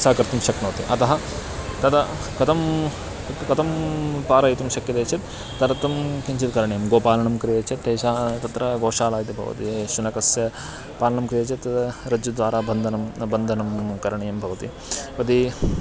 सः कर्तुं शक्नोति अतः तदा कथं कथं पारयितुं शक्यते चेत् तदर्थं किञ्चित् करणीयं गोपालनं क्रियते चेत् तेषां तत्र गोशाला इति भवति शुनकस्य पालनं क्रियते चेत् रज्जुद्वारा बन्धनं न बन्धनं करणीयं भवति यदि